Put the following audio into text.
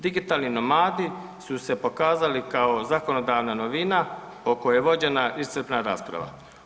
Digitalni nomadi su se pokazali kao zakonodavna novina o kojoj je vođena iscrpna rasprava.